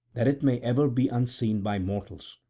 that it may ever be unseen by mortals.